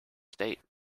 state